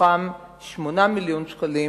מתוכם 8 מיליוני שקלים,